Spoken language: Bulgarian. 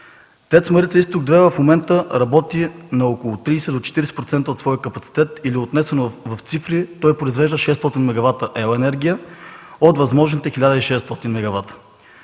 ТЕЦ „Марица Изток 2” в момента работи на около 30 до 40% от своя капацитет или отнесено в цифри той произвеждаше 600 мегавата електроенергия от възможните 1600 мегавата.